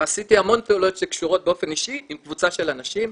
ועשיתי המון פעולות שקשורות באופן אישי עם קבוצה של אנשים.